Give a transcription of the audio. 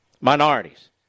minorities